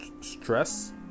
stress